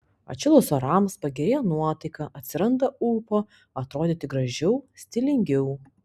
atšilus orams pagerėja nuotaika atsiranda ūpo atrodyti gražiau stilingiau